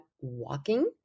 walking